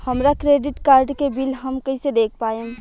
हमरा credit card के bill हम कइसे देख पाएम?